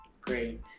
Great